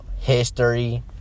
history